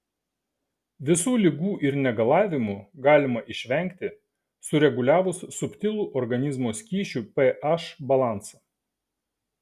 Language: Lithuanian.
visų ligų ir negalavimų galima išvengti sureguliavus subtilų organizmo skysčių ph balansą